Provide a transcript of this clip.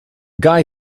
guy